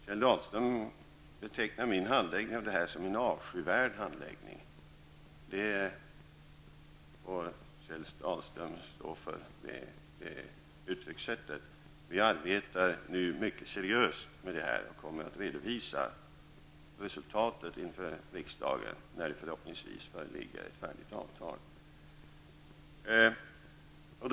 Kjell Dahlström betecknar min handläggning av detta ärende som någonting avskyvärt. Det uttryckssättet för stå för Kjell Dahlström. Regeringen arbetar mycket seriöst med frågan och kommer att redovisa resultat för riksdagen när det förhoppningsvis föreligger ett färdigt avtal.